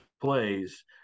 plays